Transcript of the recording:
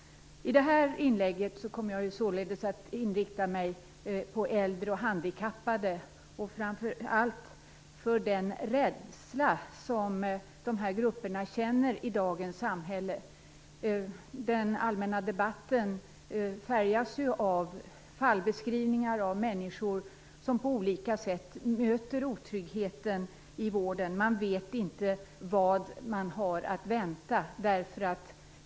I det här inlägget kommer jag således att inrikta mig på äldre och handikappade och framför allt på den rädsla dessa grupper känner i dagens samhälle. Den allmänna debatten färgas ju av fallbeskrivningar om människor som på olika sätt möter otryggheten i vården. Man vet inte vad man har att vänta.